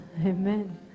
amen